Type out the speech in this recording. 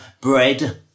bread